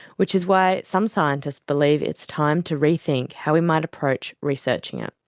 which is why some scientists believe it's time to rethink how we might approach researching it,